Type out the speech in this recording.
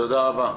תודה רבה.